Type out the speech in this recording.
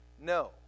No